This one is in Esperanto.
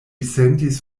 sentis